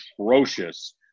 atrocious